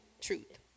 truth